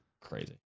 crazy